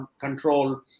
control